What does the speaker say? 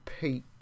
peak